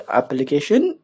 application